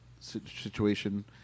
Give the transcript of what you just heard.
situation